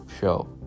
show